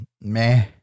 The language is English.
meh